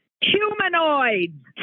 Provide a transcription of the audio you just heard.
Humanoids